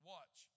Watch